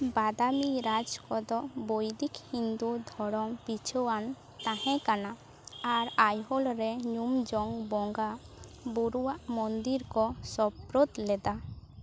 ᱵᱟᱫᱟᱢᱤ ᱨᱟᱡᱽ ᱠᱚᱫᱚ ᱵᱚᱭᱫᱤᱠ ᱦᱤᱱᱫᱩ ᱫᱷᱚᱨᱚᱢ ᱯᱤᱪᱷᱟᱣᱟᱱ ᱛᱟᱦᱮᱸ ᱠᱟᱱᱟ ᱟᱨ ᱟᱭᱦᱳᱞ ᱨᱮ ᱧᱩᱢ ᱡᱚᱝ ᱵᱚᱸᱜᱟ ᱵᱩᱨᱩᱣᱟᱜ ᱢᱚᱱᱫᱤᱨ ᱠᱚ ᱥᱳᱯᱨᱳᱫ ᱞᱮᱫᱟ